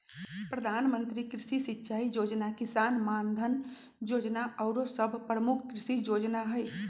प्रधानमंत्री कृषि सिंचाई जोजना, किसान मानधन जोजना आउरो सभ प्रमुख कृषि जोजना हइ